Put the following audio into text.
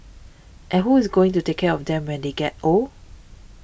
and who is going to take care of them when they get old